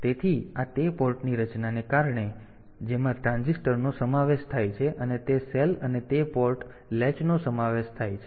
તેથી આ તે પોર્ટની રચનાને કારણે છે જેમાં ટ્રાન્ઝિસ્ટર નો સમાવેશ થાય છે અને તે સેલ અને તે પોર્ટ લેચનો સમાવેશ થાય છે